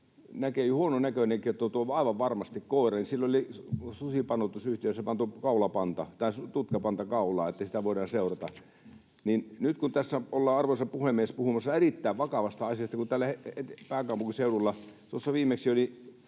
Näkee jo huononäköinenkin, että tuo on aivan varmasti koira. Sille oli susipannoitusyhtiössä pantu tutkapanta kaulaan, että sitä voidaan seurata. Nyt tässä ollaan, arvoisa puhemies, puhumassa erittäin vakavasta asiasta, kun täällä pääkaupunkiseudulla, viimeksi